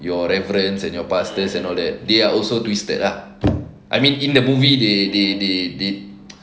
your reverence and your pastor and all that they are also twisted ah I mean in the movie they they they